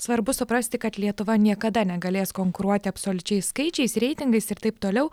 svarbu suprasti kad lietuva niekada negalės konkuruoti absoliučiais skaičiais reitingais ir taip toliau